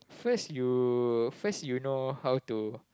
first you first you know how to